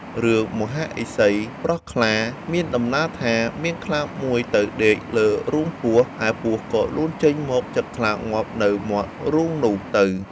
រឿង មហាឫសីប្រោសខ្លា មានដំណាលថា មានខ្លាមួយទៅដេកលើរូងពស់ ឯពស់ក៏លូនចេញមកចឹកខ្លាងាប់នៅមាត់រូងនោះទៅ។